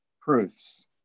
proofs